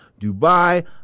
Dubai